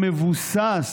שמבוסס